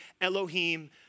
Elohim